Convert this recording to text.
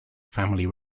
family